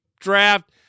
draft